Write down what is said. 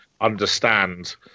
understand